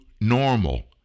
normal